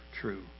true